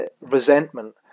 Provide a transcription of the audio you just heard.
resentment